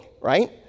right